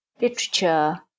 literature